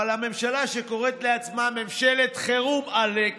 אבל הממשלה, שקוראת לעצמה ממשלת חירום, עאלק,